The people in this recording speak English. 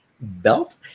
belt